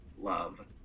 love